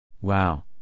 Wow